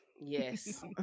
yes